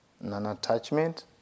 non-attachment